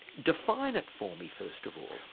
define it for me first of all.